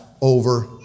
over